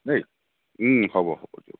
দেই হ'ব হ'ব দিয়ক